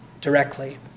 directly